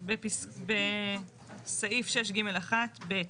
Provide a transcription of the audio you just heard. בסעיף 6(ג)(1) ב.